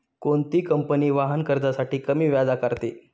कोणती कंपनी वाहन कर्जासाठी कमी व्याज आकारते?